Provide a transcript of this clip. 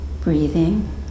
breathing